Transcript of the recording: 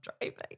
driving